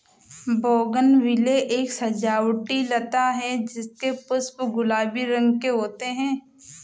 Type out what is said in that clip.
bougainvillea एक सजावटी लता है जिसके पुष्प गुलाबी रंग के होते है